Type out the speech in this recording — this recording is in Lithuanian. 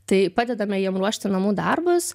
tai padedame jiem ruošti namų darbus